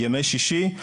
ימי שישי,